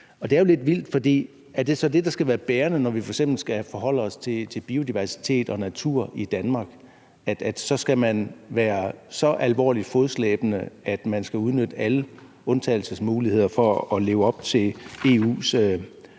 Det er jo lidt vildt, for er det så det, der skal være bærende, når vi f.eks. skal forholde os til biodiversitet og natur i Danmark, altså at man så skal være så alvorligt fodslæbende, at man skal udnytte alle undtagelsesmuligheder for at leve op til EU's